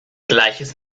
gleiches